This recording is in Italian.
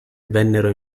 vennero